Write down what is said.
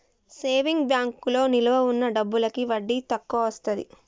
saving బ్యాంకులో నిలవ ఉన్న డబ్బులకి వడ్డీ తక్కువొస్తది